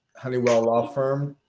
honeywell law firm.